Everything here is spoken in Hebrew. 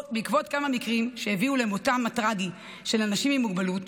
בעקבות כמה מקרים שהביאו למותם הטרגי של אנשים עם מוגבלות